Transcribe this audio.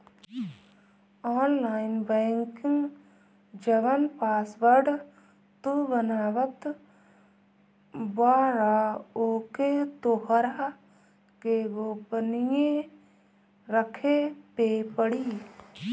online banking जवन password तू बनावत बारअ ओके तोहरा के गोपनीय रखे पे पड़ी